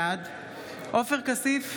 בעד עופר כסיף,